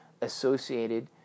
associated